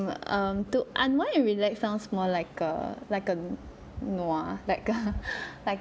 um to unwind and relax sounds more like a like a more like a like